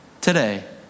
today